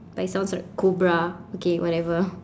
but it sounds like cobra okay whatever